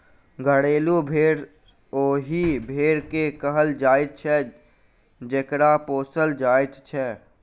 घरेलू भेंड़ ओहि भेंड़ के कहल जाइत छै जकरा पोसल जाइत छै